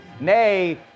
Nay